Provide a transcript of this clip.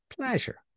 Pleasure